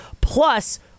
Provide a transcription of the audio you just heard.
Plus